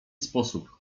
sposób